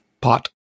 pot